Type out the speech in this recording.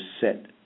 set